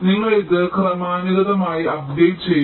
നിങ്ങൾ ഇത് ക്രമാനുഗതമായി അപ്ഡേറ്റ് ചെയ്യുക